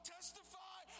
Testify